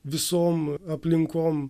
visom aplinkom